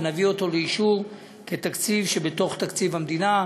ונביא אותו לאישור כתקציב שבתוך תקציב המדינה.